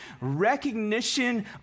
Recognition